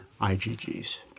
iggs